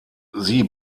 sie